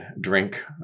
drink